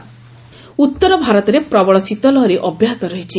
ଓ୍ବେଦର ଉତ୍ତରଭାରତରେ ପ୍ରବଳ ଶୀତ ଲହରୀ ଅବ୍ୟାହତ ରହିଛି